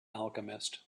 alchemist